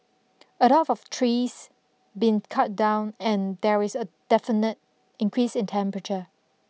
a lot of trees been cut down and there is a definite increase in temperature